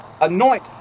anoint